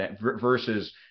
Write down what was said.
versus